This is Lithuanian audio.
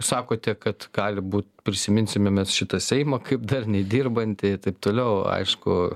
sakote kad gali būt prisiminsime mes šitą seimą kaip darniai dirbantį taip toliau aišku